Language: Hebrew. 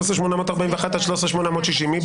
מי